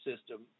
system